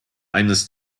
eines